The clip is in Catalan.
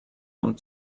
amb